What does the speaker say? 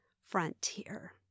Frontier